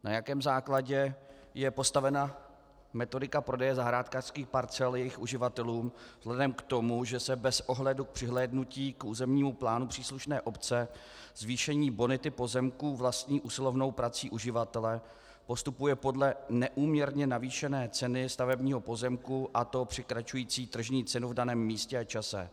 Na jakém základě je postavena metodika prodeje zahrádkářských parcel jejich uživatelům vzhledem k tomu, že se bez ohledu k přihlédnutí k územnímu plánu příslušné obce, zvýšení bonity pozemků vlastní usilovnou prací uživatele postupuje podle neúměrně navýšené ceny stavebního pozemku, a to překračující tržní cenu v daném místě a čase?